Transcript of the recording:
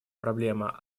проблема